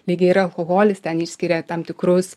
lygiai yra alkoholis ten išskiria tam tikrus